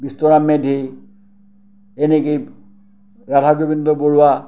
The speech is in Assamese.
বিষ্ণুৰাম মেধি এনেকেই ৰাধা গোবিন্দ বৰুৱা